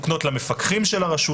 למפקחי הרשות,